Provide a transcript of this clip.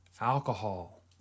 alcohol